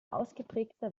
ausgeprägter